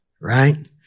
Right